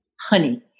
Honey